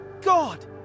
god